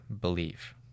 believe